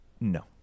No